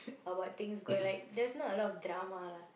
about things going like there's not a lot of drama lah